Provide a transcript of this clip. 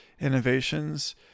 innovations